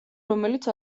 რომელიც